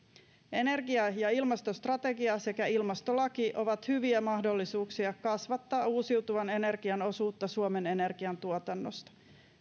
energia ja ilmastostrategia sekä ilmastolaki ovat hyviä mahdollisuuksia kasvattaa uusiutuvan energian osuutta suomen energiantuotannosta